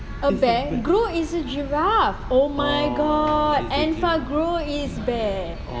a bear grow is a giraffe oh my god Enfagrow is bear